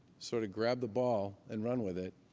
sort of grab the ball and run with it,